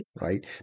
right